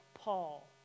Paul